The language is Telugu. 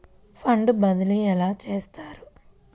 ఫండ్ బదిలీ ఎలా చేస్తారు?